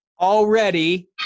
already